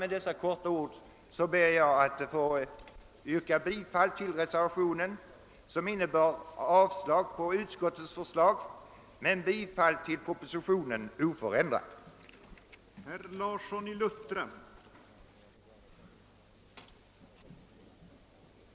Med dessa få ord ber jag att få yrka bifall till reservationen, i vilken hemställs om avslag på utskottets förslag samt om bifall till propositionen i oförändrat skick.